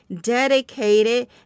dedicated